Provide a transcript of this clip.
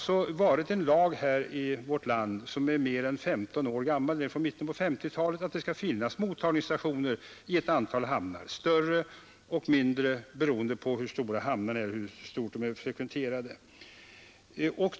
Från mitten av 1950-talet, alltså i 15 år, har vi i vårt land haft en lag om att det skall finnas mottagningsstationer i ett antal hamnar. De skall vara större eller mindre, beroende på hur livligt hamnarna är frekventerade.